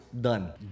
Done